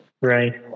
right